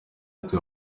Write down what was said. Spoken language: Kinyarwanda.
ati